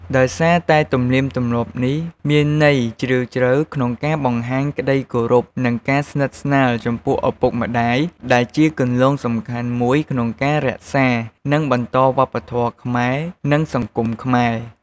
ដោយសារតែទំនៀមទម្លាប់នេះ មានន័យជ្រាលជ្រៅក្នុងការបង្ហាញក្តីគោរព និងការស្និទ្ធស្នាលចំពោះឪពុកម្ដាយ ដែលជាគន្លងសំខាន់មួយក្នុងការ រក្សា និងបន្តវប្បធម៌ខ្មែរ និងសង្គមខ្មែរ។